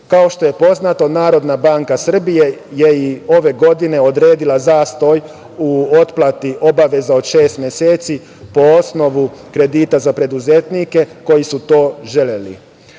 Kao što je poznato, Narodna banka Srbije je i ove godine odredila zastoj u otplati obaveza od šest meseci po osnovu kredita za preduzetnike koji su to